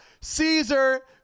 Caesar